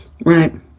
Right